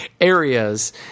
areas